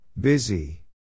Busy